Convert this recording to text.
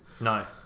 no